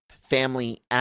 family